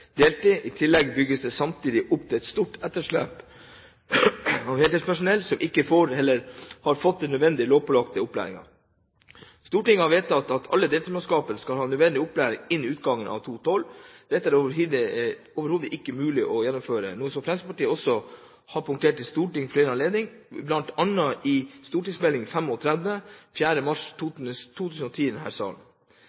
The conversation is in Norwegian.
deltid. I tillegg bygges det samtidig opp et stort etterslep av heltidspersonell som ikke får eller har fått den nødvendige lovpålagte opplæringen. Stortinget har vedtatt at alle deltidsmannskaper skal ha nødvendig opplæring innen utgangen av 2012. Dette er det overhodet ikke mulig å gjennomføre, noe Fremskrittspartiet også har poengtert i Stortinget ved flere anledninger, bl.a. under behandlingen av St.meld. nr. 35 for 2008–2009 4. mars